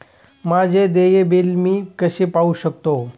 माझे देय बिल मी कसे पाहू शकतो?